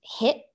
hit